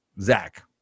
zach